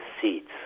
seats